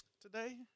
today